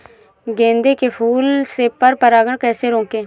गेंदे के फूल से पर परागण कैसे रोकें?